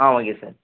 ah okay sir